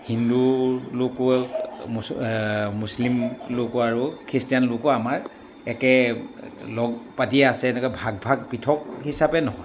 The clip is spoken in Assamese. হিন্দুৰ লোকো মুছলিম লোকো আৰু খ্ৰীষ্টিয়ান লোকো আমাৰ একে লগ পাতিয়ে আছে তেনেকৈ ভাগ ভাগ পৃথক হিচাপে নহয়